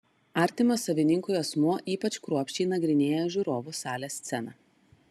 artimas savininkui asmuo ypač kruopščiai nagrinėja žiūrovų salės sceną